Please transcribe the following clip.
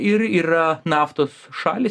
ir yra naftos šalys